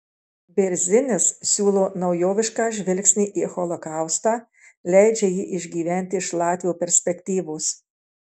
bėrzinis siūlo naujovišką žvilgsnį į holokaustą leidžia jį išgyventi iš latvio perspektyvos